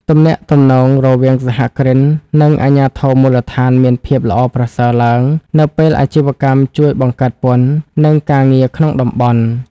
ទំនាក់ទំនងរវាងសហគ្រិន និងអាជ្ញាធរមូលដ្ឋានមានភាពល្អប្រសើរឡើង នៅពេលអាជីវកម្មជួយបង្កើតពន្ធ និងការងារក្នុងតំបន់។